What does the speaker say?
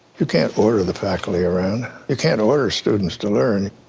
you can't order the faculty around. you can't order students to learn.